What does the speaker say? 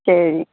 சரி